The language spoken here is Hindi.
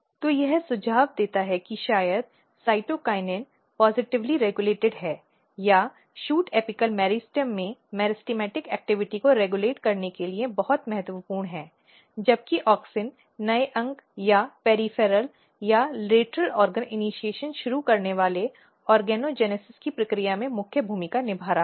तो यह सुझाव देता है कि शायद साइटोकिनिन पॉजिटिवली रेगुलेटिंग है या शूट एपिक मेरिस्टेम में मेरिस्टेमेटिक गतिविधि को रेगुलेट करने के लिए बहुत महत्वपूर्ण है जबकि ऑक्सिन नए अंग या पॅरिफ़ॅरॅल या लेटरल ऑर्गन इनीशिएशन शुरू करने वाले ऑर्गेनोजेनेसिस की प्रक्रिया में प्रमुख भूमिका निभा रहा है